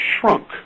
shrunk